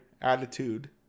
attitude